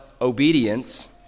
obedience